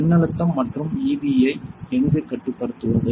மின்னழுத்தம் மற்றும் EV ஐ எங்கு கட்டுப்படுத்துவது